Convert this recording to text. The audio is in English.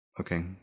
Okay